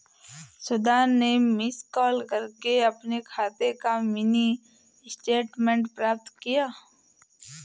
सुधा ने miss call करके अपने खाते का मिनी स्टेटमेंट प्राप्त किया